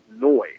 noise